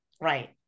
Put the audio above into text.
right